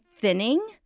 thinning